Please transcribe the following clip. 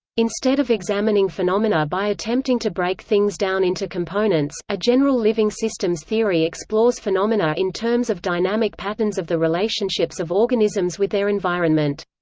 instead of examining phenomena by attempting to break things down into components, a general living systems theory explores phenomena in terms of dynamic patterns of the relationships of organisms with their environment.